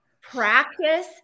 practice